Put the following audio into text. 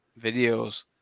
videos